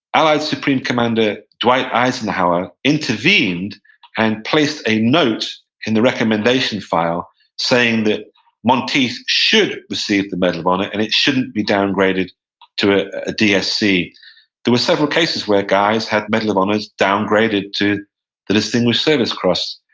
allied supreme commander dwight eisenhower intervened and placed a note in the recommendation file saying that monteith should receive the medal of honor, and it shouldn't be downgraded to a dsc there were several cases where guys had medal of honors downgraded to the distinguished service cross,